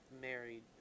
married